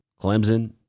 Clemson